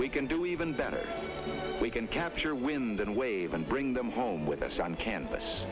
we can do even better we can capture wind and wave and bring them home with us on ca